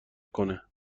کنه